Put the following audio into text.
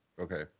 Okay